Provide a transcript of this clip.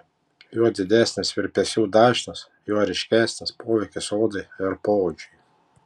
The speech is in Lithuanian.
juo didesnis virpesių dažnis juo ryškesnis poveikis odai ir poodžiui